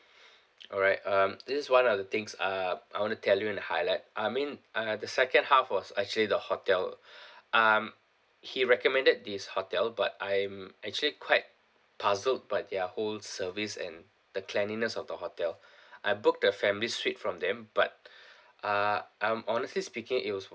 alright um this is one of the things uh I want to tell you and highlight I mean uh the second half was actually the hotel um he recommended this hotel but I'm actually quite puzzled by their whole service and the cleanliness of the hotel I booked a family suite from them but uh I'm honestly speaking it was